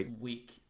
week